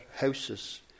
houses